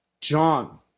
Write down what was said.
John